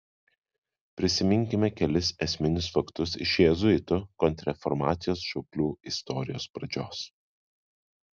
prisiminkime kelis esminius faktus iš jėzuitų kontrreformacijos šauklių istorijos pradžios